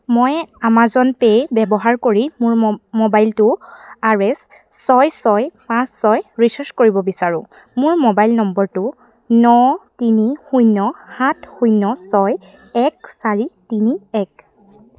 মই Amazon Pay ব্যৱহাৰ কৰি মোৰ ম মোবাইলটো আৰ এচ ছয় ছয় পাঁচ ছয় ৰিচাৰ্জ কৰিব বিচাৰোঁ মোৰ মোবাইল নম্বৰটো ন তিনি শূন্য সাত শূন্য ছয় এক চাৰি তিনি এক